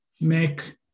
make